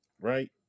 right